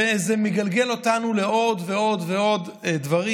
וזה מגלגל אותנו לעוד ועוד ועוד דברים